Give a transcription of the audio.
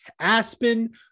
Aspen